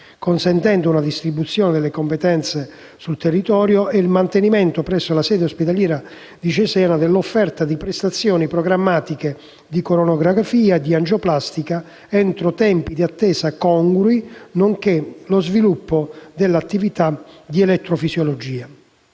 consentendo una distribuzione delle competenze sul territorio e il mantenimento presso la sede ospedaliera di Cesena dell'offerta di prestazioni programmate di coronarografia e angioplastica entro tempi di attesa congrui, nonché lo sviluppo dell'attività di elettrofisiologia.